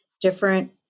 different